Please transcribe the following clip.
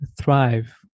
thrive